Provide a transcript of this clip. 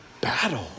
battle